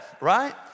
right